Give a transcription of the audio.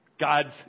God's